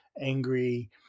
angry